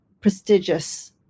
prestigious